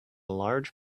large